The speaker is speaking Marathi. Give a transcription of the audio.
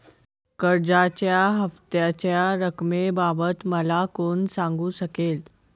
कर्जाच्या हफ्त्याच्या रक्कमेबाबत मला कोण सांगू शकेल?